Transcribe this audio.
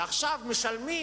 עכשיו משלמים